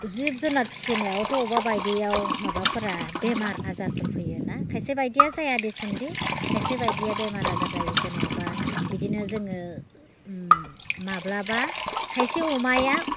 जिब जुनार फिसिनायावथ' बबेबा बायदियाव माबाफोरा बेमार आजारफोर फैयो ना खायसे बायदिया जाया देसुन दि खायसे बायदिया बेमार आजार जायो जेनेबा बिदिनो जोङो माब्लाबा खायसे अमाया